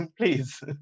Please